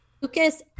Lucas